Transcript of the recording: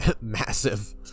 massive